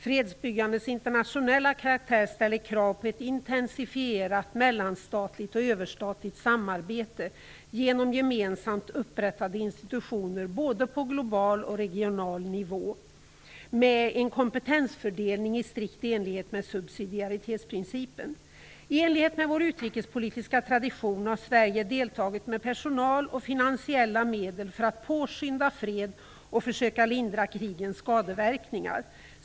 Fredsbyggandets internationella karaktär ställer krav på en intensifierat mellanstatligt och överstatligt samarbete genom gemensamt upprättade organisationer på både lokal och global nivå med en kompetensfördelning i strikt enlighet med subsidiaritetsprincipen. I enlighet med vår utrikespolitiska tradition har Sverige deltagit med personal och finansiella medel för att påskynda fred och försöka lindra krigens skadeverkningar.